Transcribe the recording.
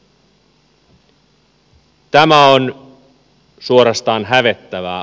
tämä on suorastaan hävettävää